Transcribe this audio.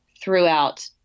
throughout